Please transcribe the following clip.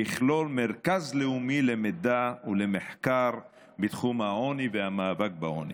ויכלול מרכז לאומי למידע ולמחקר בתחום העוני והמאבק בעוני.